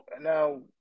Now